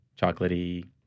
chocolatey